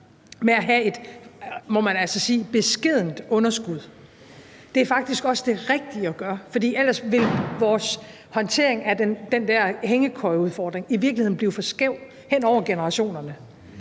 man altså sige, beskedent underskud; det er faktisk også det rigtige at gøre, for ellers ville vores håndtering af den der hængekøjeudfordring i virkeligheden blive for skæv hen over generationerne.